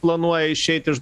planuoja išeit iš